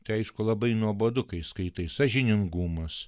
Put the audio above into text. tai aišku labai nuobodu kai skaitai sąžiningumas